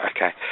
Okay